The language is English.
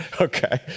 okay